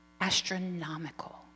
Astronomical